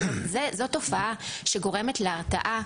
זו תופעה שגורמת להרתעה.